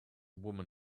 woman